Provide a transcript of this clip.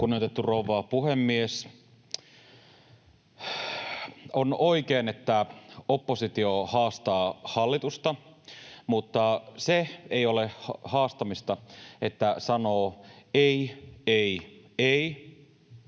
Kunnioitettu rouva puhemies! On oikein, että oppositio haastaa hallitusta. Mutta se ei ole haastamista, että sanoo ”ei, ei, ei”,